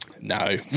no